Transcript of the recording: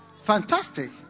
Fantastic